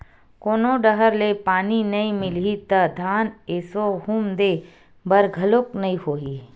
कोनो डहर ले पानी नइ मिलही त धान एसो हुम दे बर घलोक नइ होही